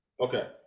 Okay